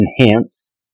enhance